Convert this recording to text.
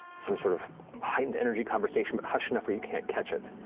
some sort of heightened energy conversation, but hushed enough where you can't catch it.